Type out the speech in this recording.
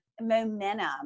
momentum